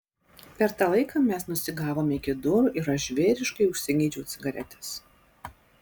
per tą laiką mes nusigavome iki durų ir aš žvėriškai užsigeidžiau cigaretės